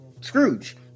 Scrooge